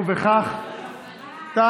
אני